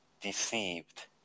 deceived